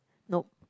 nope